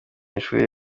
ishuri